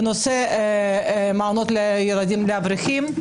בנושא מעונות לאברכים.